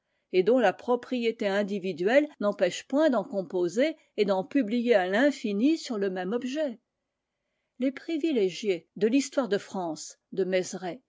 et dont la propriété individuelle n'empêche point d'en composer et d'en publier à l'infini sur le même objet les privilégiés de l'histoire de france de